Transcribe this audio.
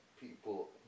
people